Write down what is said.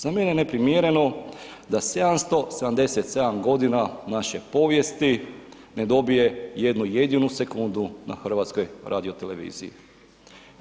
Za mene je neprimjereno da 777 godina naše povijesti ne dobije jednu jedinu sekundu na HRT-u.